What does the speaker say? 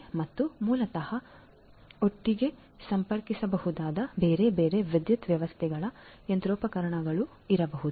ಮತ್ತು ಮೂಲತಃ ಒಟ್ಟಿಗೆ ಸಂಪರ್ಕಿಸಬಹುದಾದ ಬೇರೆ ಬೇರೆ ವಿದ್ಯುತ್ ವ್ಯವಸ್ಥೆಗಳ ಯಂತ್ರೋಪಕರಣಗಳು ಇರಬಹುದು